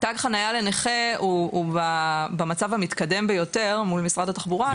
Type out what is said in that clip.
תג חניה לנכה הוא במצב המתקדם ביותר מול משרד התחבורה.